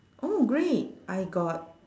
oh great I got